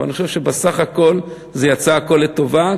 אבל אני חושב שבסך הכול זה יצא לטובה,